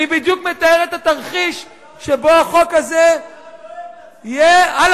אני בדיוק מתאר את התרחיש שבו החוק הזה יהיה על